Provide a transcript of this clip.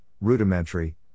rudimentary